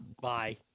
Bye